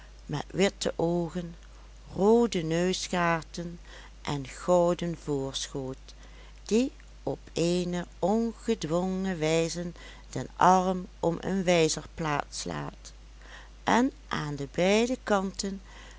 met witte oogen roode neusgaten en gouden voorschoot die op eene ongedwongen wijze den arm om een wijzerplaat slaat en aan de beide kanten